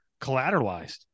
collateralized